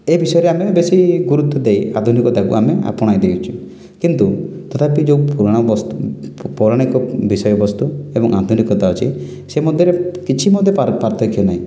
ଏ ବିଷୟରେ ଆମେ ବେଶି ଗୁରୁତ୍ଵ ଦେଇ ଆଧୁନିକତାକୁ ଆମେ ଆପଣାଇଦେଇଛୁ କିନ୍ତୁ ତଥାପି ଯେଉଁ ପୁରୁଣାବସ୍ତୁ ପୌରାଣିକ ବିଷୟବସ୍ତୁ ଏବଂ ଆଧୁନିକତା ଅଛି ସେ ମଧ୍ୟରେ କିଛି ମଧ୍ୟରେ ପାର୍ଥକ୍ୟ ନାହିଁ